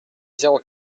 zéro